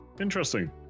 Interesting